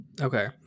okay